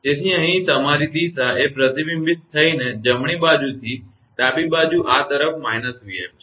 તેથી અહીં તમારી દિશા એ પ્રતિબિંબિત થઈને જમણી બાજુથી ડાબી બાજુ આ તરફ −𝑣𝑓 છે